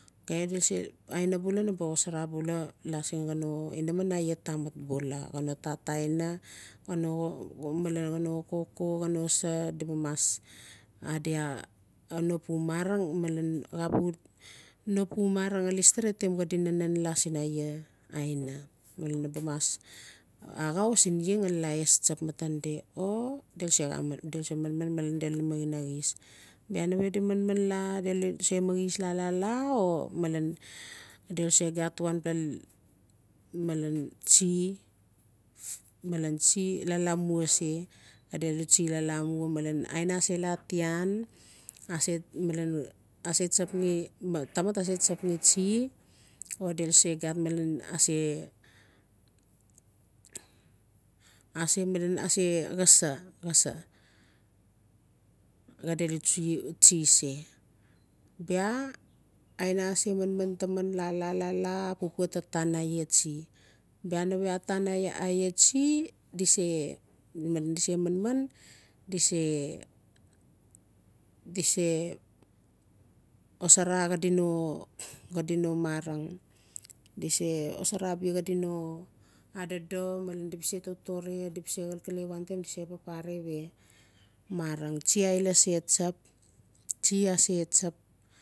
Okay deluse aina bula na ba xosara bula la sina xano inaman iaa tamat bula xaa no tat aina malen xano koko xaa nosa di na mas adi xaa no pu marang maler xaa pu no pu marang xale steretim xaadi nanan laa sin iaa xaina na ba mas axau sin iaa xale laa tsap matan di o delu se manman malen delu minaxis bia nave di manmna laa delu se maxis laa-laa laa o malen delu se xxta wanpla malen tsi malen aina ase laa tian ase malen tamat ase tsap ngi tsi o del use xat malen ase-ase malen aina ase laa tian ase malen tamat ast tsap ngi tsi o delu se xat malen ase-ase malen xaa sa xaa sa xaa delu tsi se bia aina ase manman taman laa-laa-laa-laa pupua atana iaa tsi bia nave a tana iaa tsi di se malen di se manman di se dis se xosara xaa di no marang di se xosara xaa di no adodo malen id ba se totore di ba xalkale wantem di se papare we marang tsi iaa laa se tsap tsi ase tsap